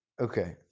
Okay